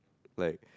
like